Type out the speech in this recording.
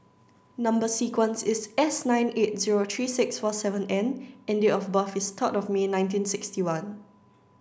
number sequence is S nine eight zero three six four seven N and date of birth is third of May nineteen sixty one